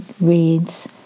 reads